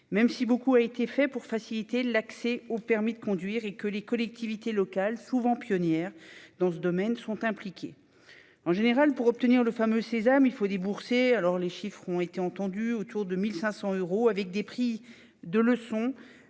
même si beaucoup a été fait pour faciliter l'accès au permis de conduire et que les collectivités locales, souvent pionnières dans ce domaine, sont impliquées. Néanmoins, en général, pour obtenir le fameux sésame, il faut débourser- les chiffres ont déjà été cités -autour de 1 500 euros. Les prix des leçons